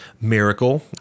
Miracle